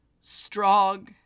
strong